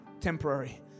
temporary